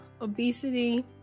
obesity